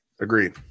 Agreed